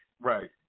Right